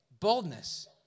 Boldness